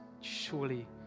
surely